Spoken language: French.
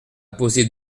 poser